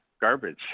garbage